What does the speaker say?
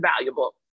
valuable